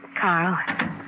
Carl